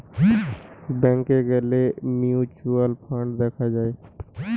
ব্যাংকে গ্যালে mutual fund দেখা যায়